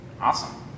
Awesome